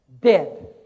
dead